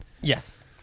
Yes